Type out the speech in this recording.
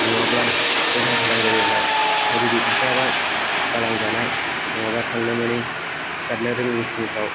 नङाब्ला उल्थां फाल्थां जायोब्ला रेडि थाखायाबा गालांजानाय नङाबा थांनो मोनै सिखारनो रोङै फुंफ्राव